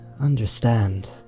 understand